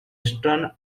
western